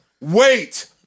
wait